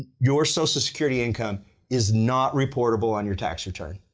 your social security income is not reportable on your tax return.